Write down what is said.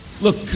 Look